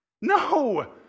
No